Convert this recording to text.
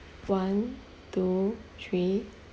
one two three